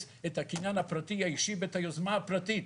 את הקניין הפרטי האישי ואת היוזמה הפרטית.